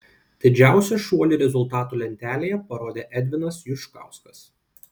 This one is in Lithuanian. didžiausią šuolį rezultatų lentelėje parodė edvinas juškauskas